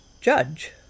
judge